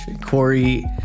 Corey